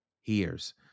hears